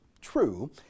true